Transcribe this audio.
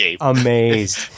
amazed